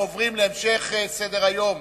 אנחנו עוברים להמשך סדר-היום.